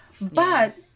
But-